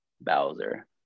Bowser